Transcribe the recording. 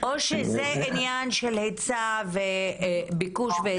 או שזה עניין של ביקוש והיצע?